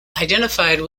identified